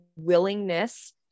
willingness